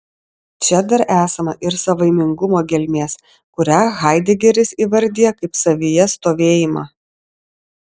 čia dar esama ir savaimingumo gelmės kurią haidegeris įvardija kaip savyje stovėjimą